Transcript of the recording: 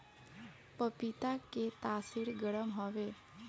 पपीता के तासीर गरम हवे